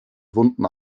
wunden